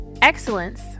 Excellence